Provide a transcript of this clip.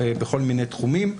בכל מיני תחומים,